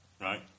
Right